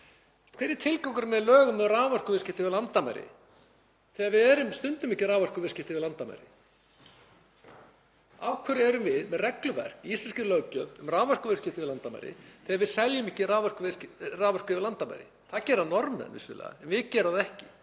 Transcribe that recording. Hver er tilgangurinn með lögum um raforkuviðskipti yfir landamæri þegar við stundum ekki raforkuviðskipti yfir landamæri? Af hverju erum við með regluverk í íslenskri löggjöf um raforkuviðskipti yfir landamæri þegar við seljum ekki raforku yfir landamæri? Það gera Norðmenn vissulega en við gerum það ekki.